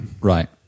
right